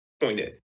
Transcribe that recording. pointed